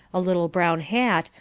a little brown hat,